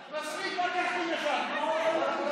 נתקבלה.